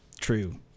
True